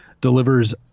delivers